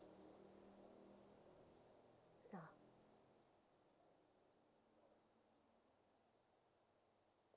ya